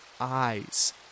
eyes